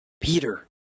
Peter